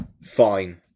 fine